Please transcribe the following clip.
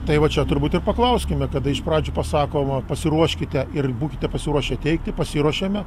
tai va čia turbūt ir paklauskime kada iš pradžių pasakoma pasiruoškite ir būkite pasiruošę teikti pasiruošėme